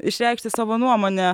išreikšti savo nuomonę